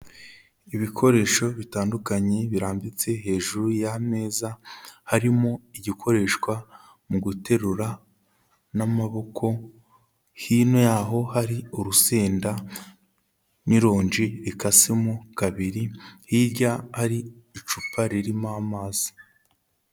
Ibikoresho bitandukanye birambitse hejuru y'ameza, harimo igikoreshwa mu guterura n'amaboko, hino yaho hari urusenda n'ironji rikasemo kabiri, hirya hari icupa ririmo amazi.